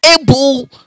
able